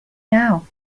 now